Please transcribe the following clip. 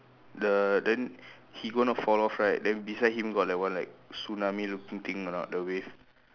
the then he going to fall off right then beside him got that one right tsunami looking thing or not the wave